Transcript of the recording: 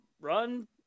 Run